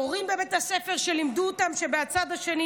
המורים בבית הספר שלימדו אותם שבצד השני